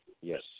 Yes